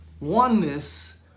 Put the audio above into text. oneness